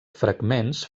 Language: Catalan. fragments